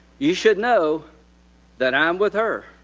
you should know that i'm with her.